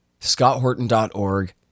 scotthorton.org